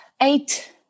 eight